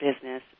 business